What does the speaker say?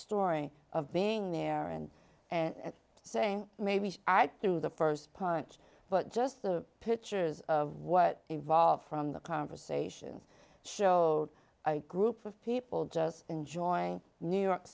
story of being there and and saying maybe i threw the st punch but just the pictures of what evolved from the conversation show groups of people just enjoying new york